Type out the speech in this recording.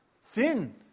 sin